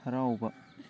ꯍꯔꯥꯎꯕꯥ